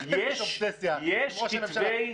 לכם יש אובססיה עם ראש הממשלה.